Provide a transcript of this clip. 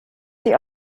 die